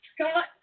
Scott